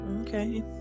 okay